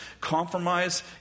Compromise